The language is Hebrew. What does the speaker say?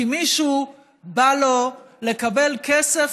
כי מישהו בא לו לקבל כסף,